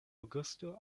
aŭgusto